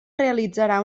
realitzarà